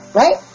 right